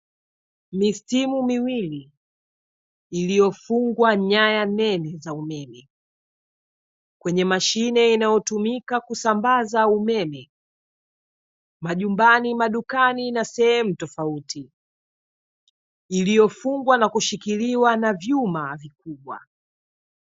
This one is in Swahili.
Mistimu miwili, iliyofungwa nyaya nene za umeme, kwenye mashine inayotumika kusambaza umeme, majumbani, madukani, na sehemu tofauti, iliyofungwa na kushikiliwa na vyuma vikubwa.